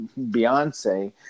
Beyonce